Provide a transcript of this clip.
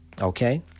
Okay